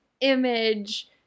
Image